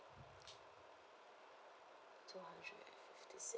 okay two hundred and fifty six